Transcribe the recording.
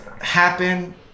happen